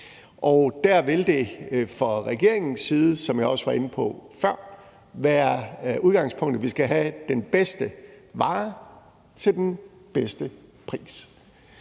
der vil det fra regeringens side, som jeg også var inde på før, være udgangspunktet, at vi skal have den bedste vare til den bedste pris.